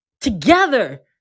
together